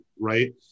right